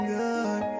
good